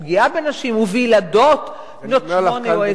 פגיעה בנשים ובילדות בנות שמונה או עשר.